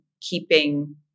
keeping